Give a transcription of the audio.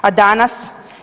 A danas?